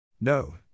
No